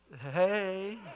Hey